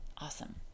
Awesome